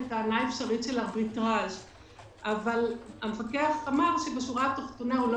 היא --- אבל המפקח אמר שבשורה התחתונה הוא לא